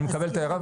אני מקבל את ההערה.